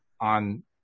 on